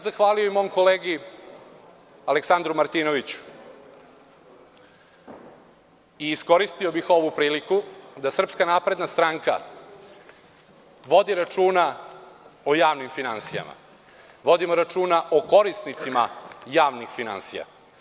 Zahvalio bih se i mom kolegi Aleksandru Martinoviću i iskoristio bih ovu priliku, da SNS vodi računa o javnim finansijama, vodimo računa o korisnicima javnih finansija.